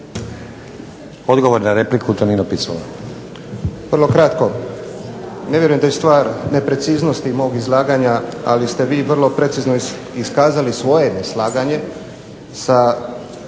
Odgovor na repliku Tonino Picula.